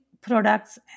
products